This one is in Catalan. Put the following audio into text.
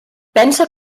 pensa